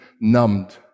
numbed